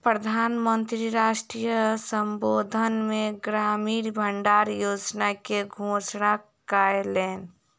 प्रधान मंत्री राष्ट्र संबोधन मे ग्रामीण भण्डार योजना के घोषणा कयलैन